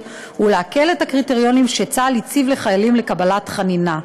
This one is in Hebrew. ולהקל את הקריטריונים שצה"ל הציב לחיילים לקבלת חנינה.